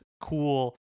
cool